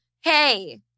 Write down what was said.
hey